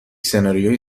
سناریوی